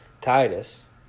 Titus